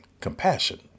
compassion